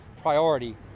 priority